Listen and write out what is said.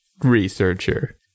researcher